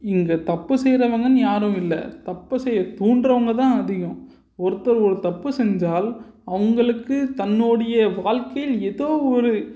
இங்கே தப்பு செய்கிறவங்கன்னு யாரும் இல்லை தப்பு செய்ய தூண்டுகிறவங்க தான் அதிகம் ஒருத்தர் ஒரு தப்பு செஞ்சால் அவங்களுக்கு தன்னுடைய வாழ்க்கையில் ஏதோ ஒரு